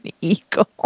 eagle